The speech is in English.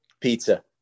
Pizza